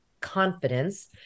confidence